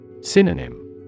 Synonym